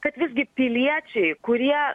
kad visgi piliečiai kurie